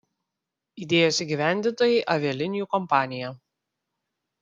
idėjos įgyvendintojai avialinijų kompanija